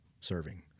serving